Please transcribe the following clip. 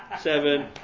seven